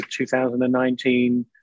2019